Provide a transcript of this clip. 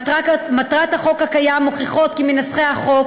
מטרות החוק הקיים מוכיחות כי מנסחי החוק